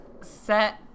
set